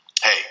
hey